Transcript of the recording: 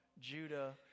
Judah